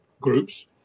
groups